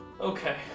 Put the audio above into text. Okay